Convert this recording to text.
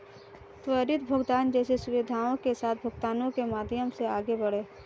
त्वरित भुगतान जैसी सुविधाओं के साथ भुगतानों के माध्यम से आगे बढ़ें